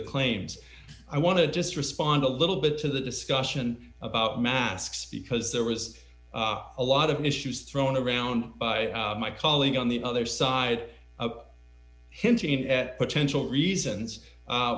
the claims i want to just respond a little bit to the discussion about masks because there was a lot of issues thrown around by my colleague on the other side hinting at potential reasons